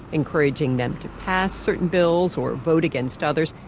encouraging them to pass certain bills or vote against others.